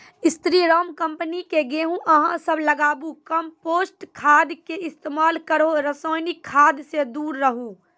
स्री Ram company के गेहूँ अहाँ सब लगाबु कम्पोस्ट खाद के इस्तेमाल करहो रासायनिक खाद से दूर रहूँ?